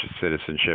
citizenship